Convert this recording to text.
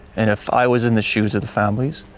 and if i was in the shoes of the families,